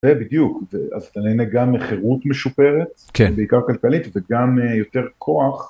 זה בדיוק! אז אתה נהנה גם מחרות משופרת, בעיקר כלכלית וגם יותר כוח.